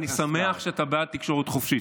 אני שמח שאתה בעד תקשורת חופשית.